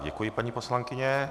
Děkuji, paní poslankyně.